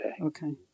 Okay